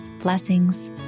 Blessings